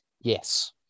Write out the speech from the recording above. Yes